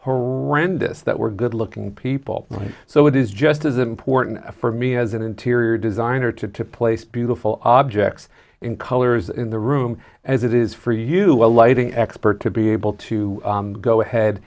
brenda's that we're good looking people so it is just as important for me as an interior designer to place beautiful objects in colors in the room as it is for you a lighting expert to be able to go ahead